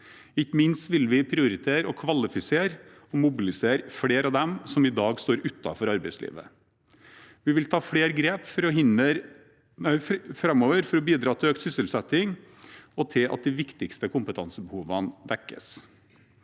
Ikke minst vil vi prioritere å kvalifisere og mobilisere flere av dem som i dag står utenfor arbeidslivet. Vi vil ta flere grep framover for å bidra til økt sysselsetting og til at de viktigste kompetansebehovene dekkes.